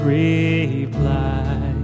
reply